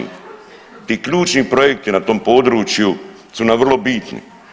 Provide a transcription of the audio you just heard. I ključni projekti na tom području su nam vrlo bitni.